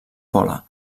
pola